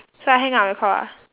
so I hang up the call ah